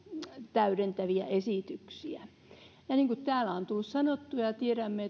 täydentäviä esityksiä niin kuin täällä on tullut sanottua ja tiedämme